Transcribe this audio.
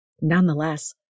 Nonetheless